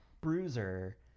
Bruiser